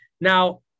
Now